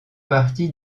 partie